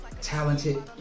talented